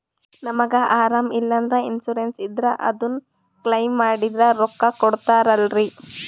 ನಮಗ ಅರಾಮ ಇಲ್ಲಂದ್ರ ಇನ್ಸೂರೆನ್ಸ್ ಇದ್ರ ಅದು ಕ್ಲೈಮ ಮಾಡಿದ್ರ ರೊಕ್ಕ ಕೊಡ್ತಾರಲ್ರಿ?